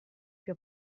più